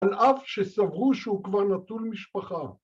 על אף שסברו שהוא כבר נטול משפחה.